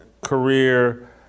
career